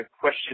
question